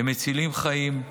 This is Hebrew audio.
הם מצילים חיים,